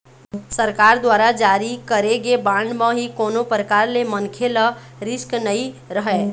सरकार दुवारा जारी करे गे बांड म ही कोनो परकार ले मनखे ल रिस्क नइ रहय